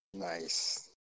Nice